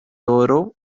oro